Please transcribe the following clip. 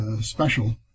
special